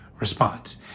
response